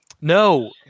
No